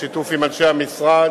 בשיתוף עם אנשי המשרד,